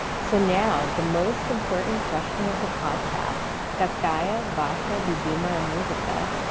so now, the most important question of the podcast, kakaia vasha liubimaia muzyka?